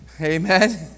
Amen